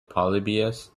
polybius